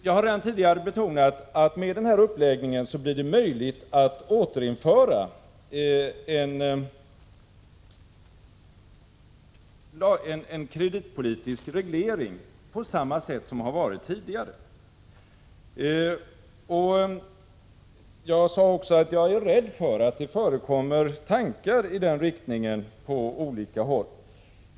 Jag har redan tidigare betonat att med denna uppläggning blir det möjligt att återinföra en kreditpolitisk reglering på samma sätt som tidigare. Jag sade också att jag är rädd för att det förekommer tankar i den riktningen på olika håll.